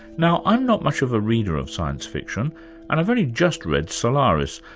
now i'm not much of a reader of science fiction and i've only just read solaris,